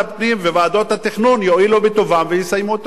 התכנון יואילו בטובם ויסיימו את תוכניות המיתאר.